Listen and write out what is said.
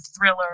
thriller